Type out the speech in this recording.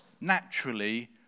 naturally